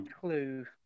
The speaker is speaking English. clue